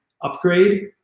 upgrade